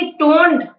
toned